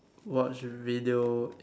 watch video